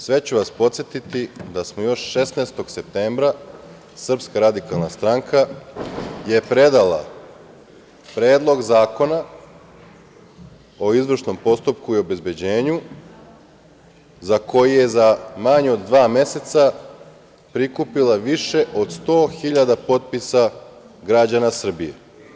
Sve ću vas podsetiti da smo još 16. septembra, SRS je predala Predlog zakona o izvršnom postupku i obezbeđenju za koji je za manje od dva meseca prikupila više od 100.000 potpisa građana Srbije.